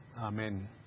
Amen